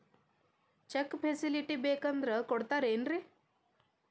Check facility ಬೇಕಂದ್ರ ಕೊಡ್ತಾರೇನ್ರಿ?